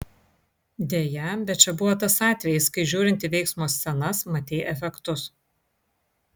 deja bet čia buvo tas atvejis kai žiūrint į veiksmo scenas matei efektus